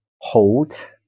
hold